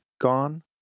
gone